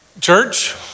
Church